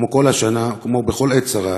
וכמו כל השנה וכמו בכל עת צרה,